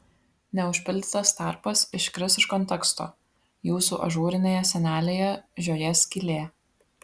neužpildytas tarpas iškris iš konteksto jūsų ažūrinėje sienelėje žiojės skylė